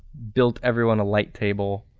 built everyone a light table,